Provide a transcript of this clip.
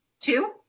two